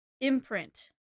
imprint